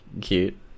cute